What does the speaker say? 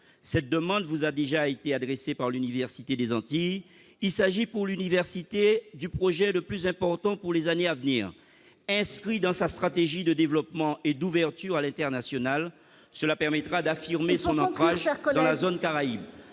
cette demande vous a déjà été adressée par l'université des Antilles, il s'agit pour l'université du projet le plus important pour les années à venir, inscrit dans sa stratégie de développement et d'ouverture à l'international, cela permettra d'affirmer son ancrage dans la zone Caraïbes